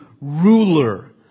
ruler